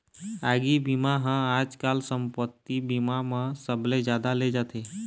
आगी बीमा ह आजकाल संपत्ति बीमा म सबले जादा ले जाथे